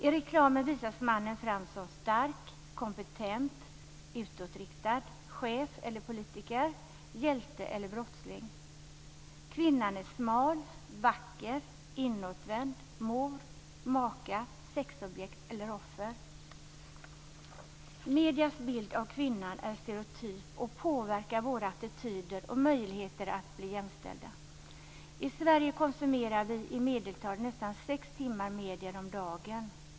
I reklamen visas mannen fram som stark, kompetent, utåtriktad. Han är chef eller politiker, hjälte eller brottsling. Kvinnan är smal, vacker, inåtvänd. Hon är mor, maka, sexobjekt eller offer. Mediernas bild av kvinnan är stereotyp och påverkar våra attityder och möjligheter att bli jämställda. I Sverige konsumerar vi i medeltal nästan sex timmar medier om dagen.